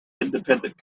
independent